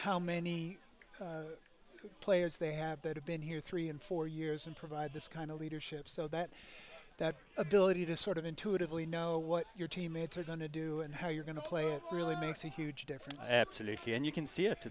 how many players they have that have been here three and four years and provide this kind of leadership so that that ability to sort of intuitively know what your teammates are going to do and how you're going to play it really makes a huge difference absolutely and you can see it